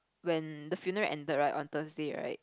when the funeral ended right on Thursday right